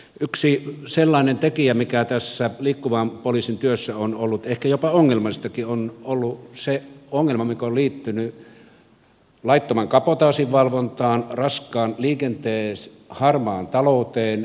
yksi sellainen tekijä mikä tässä liikkuvan poliisin työssä on ollut ehkä jopa ongelmallistakin on ollut se ongelma mikä on liittynyt laittoman kabotaasin valvontaan raskaan liikenteen harmaaseen talouteen